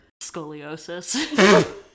scoliosis